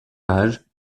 âge